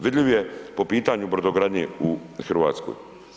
Vidljiv je po pitanju brodogradnje u Hrvatskoj.